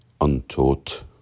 untaught